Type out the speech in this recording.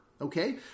Okay